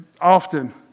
often